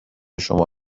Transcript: شما